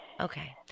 Okay